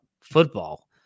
football